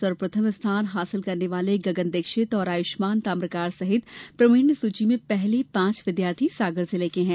सर्वप्रथम स्थान हासिल करने वाले गगन दीक्षित और आयुष्मान ताम्रकार सहित प्रावीण्य सूची में पहले पांच विद्यार्थी सागर जिले के हैं